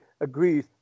agrees